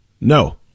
No